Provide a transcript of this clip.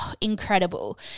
incredible